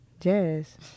Jazz